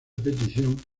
petición